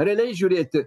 realiai žiūrėti